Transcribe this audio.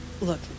Look